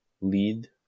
lead